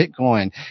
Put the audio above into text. bitcoin